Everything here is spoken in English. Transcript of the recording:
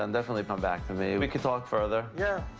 and definitely come back to me. we can talk further. yeah,